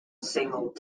single